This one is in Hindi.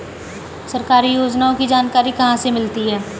सरकारी योजनाओं की जानकारी कहाँ से मिलती है?